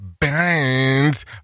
Bands